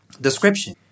Description